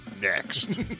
Next